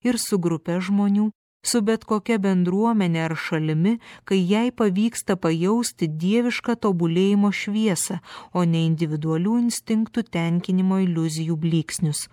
ir su grupe žmonių su bet kokia bendruomene ar šalimi kai jai pavyksta pajausti dievišką tobulėjimo šviesą o ne individualių instinktų tenkinimo iliuzijų blyksnius